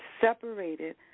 separated